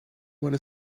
want